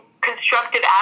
constructive